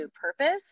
purpose